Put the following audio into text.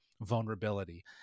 vulnerability